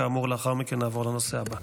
כאמור, לאחר מכן נעבור לנושא הבא.